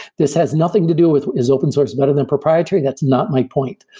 this has nothing to do with is open source better than proprietary? that's not my point.